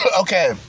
Okay